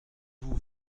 vous